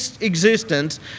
existence